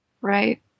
Right